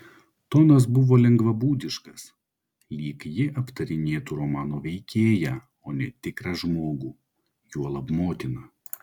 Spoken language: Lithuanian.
tonas buvo lengvabūdiškas lyg ji aptarinėtų romano veikėją o ne tikrą žmogų juolab motiną